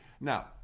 Now